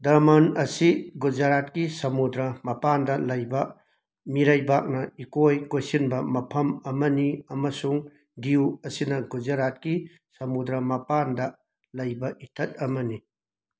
ꯗꯃꯟ ꯑꯁꯤ ꯒꯨꯖꯔꯥꯠꯀꯤ ꯁꯃꯨꯗ꯭ꯔ ꯃꯄꯥꯟꯗ ꯂꯩꯕ ꯃꯤꯔꯩꯕꯥꯛꯅ ꯏꯀꯣꯏ ꯀꯣꯏꯁꯤꯟꯕ ꯃꯐꯝ ꯑꯃꯅꯤ ꯑꯃꯁꯨꯡ ꯗ꯭ꯌꯨ ꯑꯁꯤꯅ ꯒꯨꯖꯔꯥꯠꯀꯤ ꯁꯃꯨꯗ꯭ꯔ ꯃꯄꯥꯟꯗ ꯂꯩꯕ ꯏꯊꯠ ꯑꯃꯅꯤ